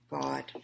God